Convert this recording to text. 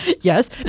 Yes